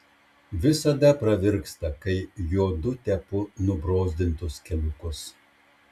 visada pravirksta kai jodu tepu nubrozdintus keliukus